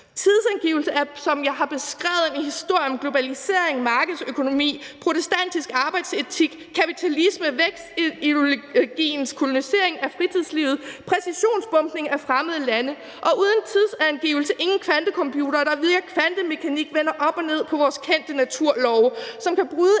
Tidsangivelse er, som jeg har beskrevet, en historie om globalisering, markedsøkonomi, protestantisk arbejdsetik, kapitalisme, vækstideologiens kolonisering af fritidslivet og præcisionsbombning i fremmede lande. Og uden tidsangivelse er der ingen kvantecomputere, der via kvantemekanik vender op og ned på vores kendte naturlove, og som kan bryde